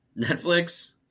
Netflix